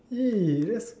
!ee! that's